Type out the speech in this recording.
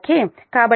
కాబట్టి మీ Pi 0